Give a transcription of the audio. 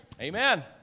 Amen